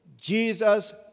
Jesus